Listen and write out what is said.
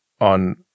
on